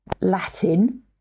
Latin